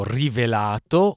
rivelato